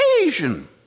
occasion